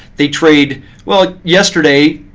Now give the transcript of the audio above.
they trade well, yesterday,